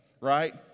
right